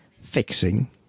fixing